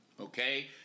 okay